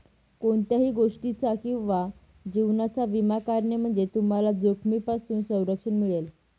कोणत्याही गोष्टीचा किंवा जीवनाचा विमा काढणे म्हणजे तुम्हाला जोखमीपासून संरक्षण मिळेल